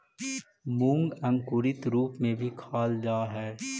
मूंग अंकुरित रूप में भी खाल जा हइ